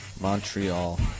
Montreal